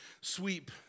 sweep